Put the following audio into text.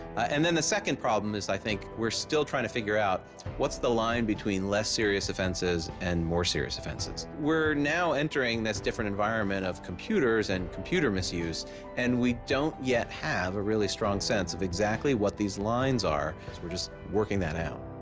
and than the second problem is i think, we are still trying to figure out what's the line between less serious offenses and more serious offenses. we are now entering that different environment of computers and computer misuse and we don't yet have a really strong sense of exactly what these lines are because we are just woking that out.